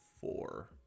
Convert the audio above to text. four